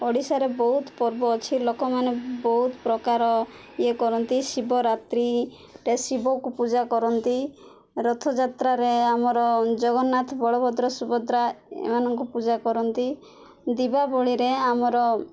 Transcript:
ଓଡ଼ିଶାରେ ବହୁତ ପର୍ବ ଅଛି ଲୋକମାନେ ବହୁତ ପ୍ରକାର ଇଏ କରନ୍ତି ଶିବରାତ୍ରିରେ ଶିବକୁ ପୂଜା କରନ୍ତି ରଥଯାତ୍ରାରେ ଆମର ଜଗନ୍ନାଥ ବଳଭଦ୍ର ସୁଭଦ୍ରା ଏମାନଙ୍କୁ ପୂଜା କରନ୍ତି ଦୀପାବଳିରେ ଆମର